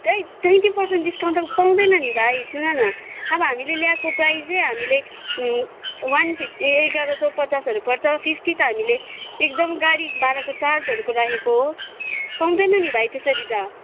त्यही twenty percent discount त पाउँदैन नि भाइ सुन न अब हामीले ल्याएको प्राइस नै हामीले वन फिफ्टी एघार सय पचासहरू पर्छ फिफ्टी त हामीले एकदम गाडी भाडाको चार्जहरू राखेको हो पाउँदैन नि भाइ त्यसरी त